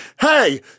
hey